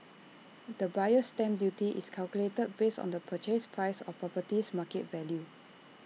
the buyer's stamp duty is calculated based on the purchase price or property's market value